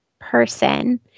person